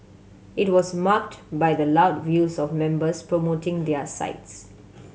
it was marked by the loud views of members promoting their sides